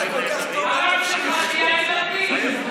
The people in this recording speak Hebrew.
הרב שלך זה יאיר לפיד.